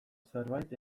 zerbait